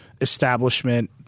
establishment